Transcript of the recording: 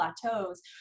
plateaus